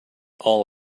all